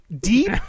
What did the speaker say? Deep